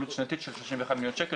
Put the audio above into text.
עלות שנתית של 31 מיליון שקל,